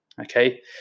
okay